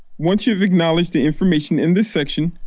once you have acknowledged the information in this section,